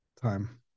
time